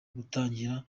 gutangira